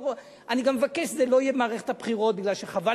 אני גם מבקש שזה לא יהיה במערכת הבחירות מפני שחבל